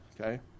okay